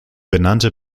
benannte